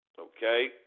Okay